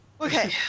Okay